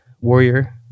warrior